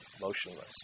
motionless